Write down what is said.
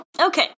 Okay